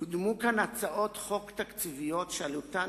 קודמו כאן הצעות חוק תקציביות שעלותן